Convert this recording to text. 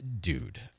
Dude